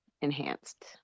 enhanced